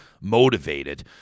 motivated